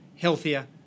healthier